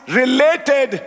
related